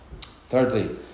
Thirdly